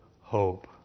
hope